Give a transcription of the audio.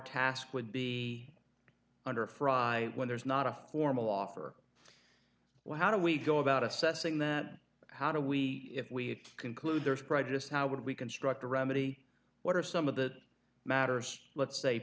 task would be under frye when there's not a formal offer well how do we go about assessing that how do we if we conclude there is pride just how would we construct a remedy what are some of the matters let's say